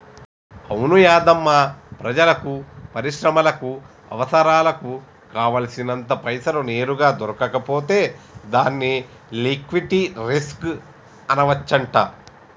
అవును యాధమ్మా ప్రజలకు పరిశ్రమలకు అవసరాలకు కావాల్సినంత పైసలు నేరుగా దొరకకపోతే దాన్ని లిక్విటీ రిస్క్ అనవచ్చంట